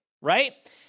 Right